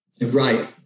Right